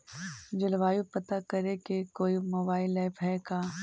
जलवायु पता करे के कोइ मोबाईल ऐप है का?